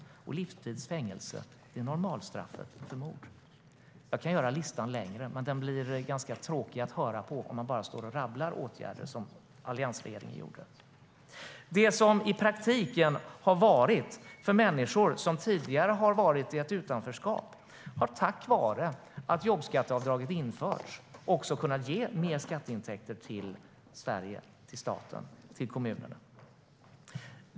Livstids fängelse är normalstraffet för mord. Jag kan göra listan längre, men det blir ganska tråkigt att lyssna om jag bara står och rabblar åtgärder som alliansregeringen vidtog. Människor som tidigare har varit i ett utanförskap har tack vare att jobbskatteavdraget infördes också kunnat ge mer skatteintäkter till Sverige, till staten och till kommunerna.